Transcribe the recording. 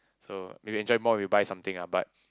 so maybe you enjoy more when you buy something ah but